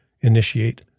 initiate